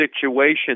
situation